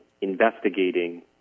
investigating